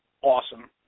awesome